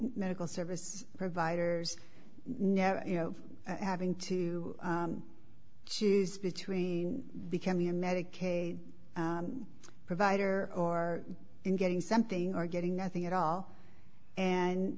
medical service providers never you know having to choose between becoming a medic a provider or in getting something or getting nothing at all and